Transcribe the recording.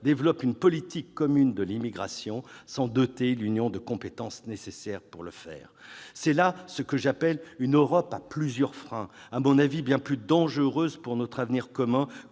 développe une politique commune de l'immigration », sans doter l'Union des compétences nécessaires pour le faire ! C'est là ce que j'appelle une Europe « à plusieurs freins », à mon avis bien plus dangereuse pour notre avenir commun